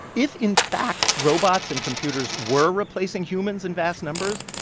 if, in fact, robots and computers were replacing humans in vast numbers,